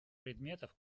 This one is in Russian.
предметов